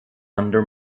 under